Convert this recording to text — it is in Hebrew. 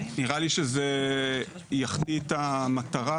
נראה לי שזה יחטיא את המטרה.